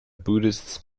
buddhists